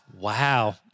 Wow